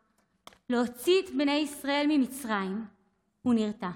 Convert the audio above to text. להוציא את בני ישראל ממצרים הוא נרתע.